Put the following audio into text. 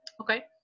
okay